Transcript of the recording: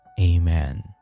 Amen